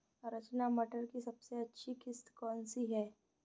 रचना मटर की सबसे अच्छी किश्त कौन सी है?